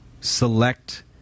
select